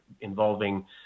involving